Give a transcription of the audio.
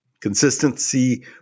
Consistency